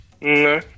No